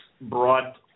brought